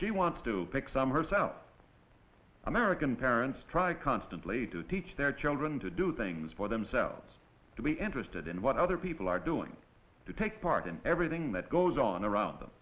she wants to pick summers out american parents try constantly to teach their children to do things for themselves to be interested in what other people are doing to take part in everything that goes on around them